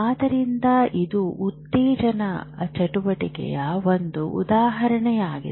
ಆದ್ದರಿಂದ ಇದು ಉತ್ತೇಜನ ಚಟುವಟಿಕೆಯ ಒಂದು ಉದಾಹರಣೆಯಾಗಿದೆ